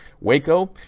Waco